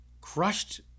crushed